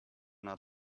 not